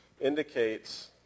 indicates